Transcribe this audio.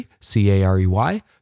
C-A-R-E-Y